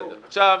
בסדר, בסדר.